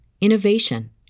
innovation